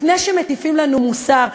לפני שמטיפים לנו מוסר,